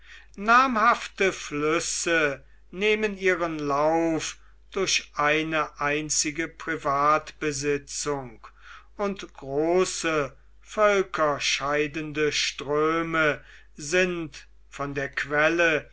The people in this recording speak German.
namhafte flüsse nehmen ihren lauf durch eine einzige privatbesitzung und große völkerscheidende ströme sind von der quelle